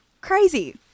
Crazy